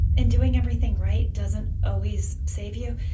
and doing everything right doesn't always save you.